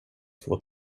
två